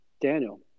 Daniel